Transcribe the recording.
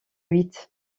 huit